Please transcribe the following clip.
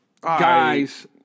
guys